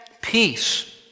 Peace